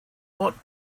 what